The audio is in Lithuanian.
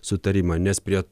sutarimą nes prie